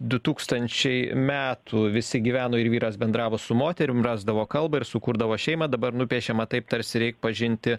du tūkstančiai metų visi gyveno ir vyras bendravo su moterim rasdavo kalbą ir sukurdavo šeimą dabar nupiešiama taip tarsi reik pažinti